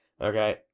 Okay